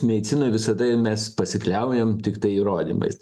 medicinoj visada mes pasikliaujam tiktai įrodymais